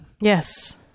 Yes